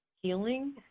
healing